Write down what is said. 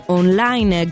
online